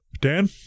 Dan